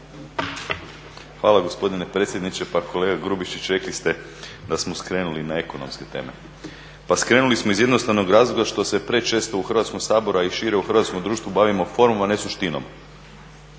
Hvala gospodine predsjedniče. Pa kolega Grubišić rekli ste da smo skrenuli na ekonomske teme. Pa skrenuli smo iz jednostavnog razloga što se prečesto u Hrvatskom saboru a i šire u hrvatskom društvu bavimo formom, a ne suštinom.